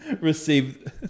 Receive